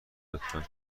لطفا